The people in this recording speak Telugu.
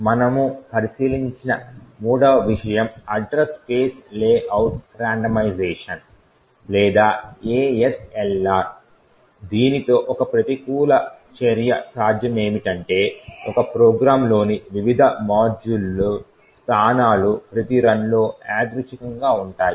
మనము పరిశీలించిన మూడవ విషయం అడ్రస్ స్పేస్ లేఅవుట్ రాండమైజేషన్ లేదా ASLR దీనితో ఒక ప్రతికూల చర్యగా సాధ్యమేమిటంటే ఒక ప్రోగ్రామ్లోని వివిధ మాడ్యూళ్ల స్థానాలు ప్రతి రన్ లో యాదృచ్ఛికంగా ఉంటాయి